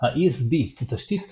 ה-ESB הוא תשתית